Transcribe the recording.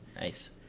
Nice